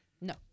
No